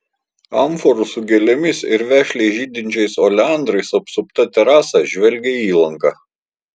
amforų su gėlėmis ir vešliai žydinčiais oleandrais apsupta terasa žvelgė į įlanką